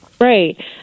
right